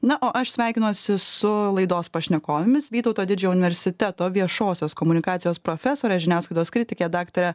na o aš sveikinuosi su laidos pašnekovėmis vytauto didžiojo universiteto viešosios komunikacijos profesorė žiniasklaidos kritikė daktarė